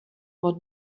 what